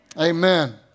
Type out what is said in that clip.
Amen